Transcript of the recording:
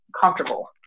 comfortable